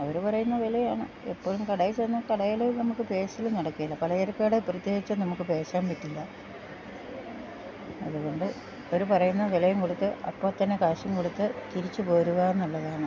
അവര് പറയ്ന്ന വെലയാണ് എപ്പോഴും കടെ ചെന്ന് കടേല് നമക്ക് പേശല് നടക്കേല പലചരക്ക് കടെ പ്രത്യേയിച്ചും നമക്ക് പേശാൻ പറ്റില്ല അത്കൊണ്ട് അവര് പറയ്ന്ന വെലയും കൊട്ത്ത് അപ്പൊ തന്നെ കാശും കൊട്ത്ത് തിരിച്ച് പോരുകാന്നുള്ളതാണ്